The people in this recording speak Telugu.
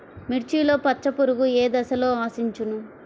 మిర్చిలో పచ్చ పురుగు ఏ దశలో ఆశించును?